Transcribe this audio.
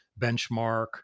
benchmark